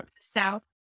South